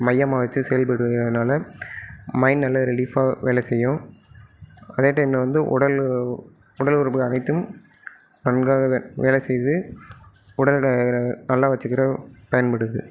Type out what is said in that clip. மையமாக வச்சு செயல்படுதுங்கிறதுனால் மைண்ட் நல்ல ரிலீஃபாக வேலை செய்யும் அதே டைமில் வந்து உடல் உடல் உறுப்புகள் அனைத்தும் நன்றாகவே வேலை செய்யுது உடலை நல்லா வச்சுக்கிற பயன்படுது